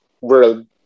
world